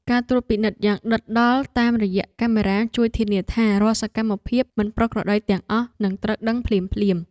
ការត្រួតពិនិត្យយ៉ាងដិតដល់តាមរយៈកាមេរ៉ាជួយធានាថា រាល់សកម្មភាពមិនប្រក្រតីទាំងអស់នឹងត្រូវដឹងភ្លាមៗ។